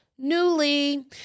Newly